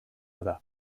other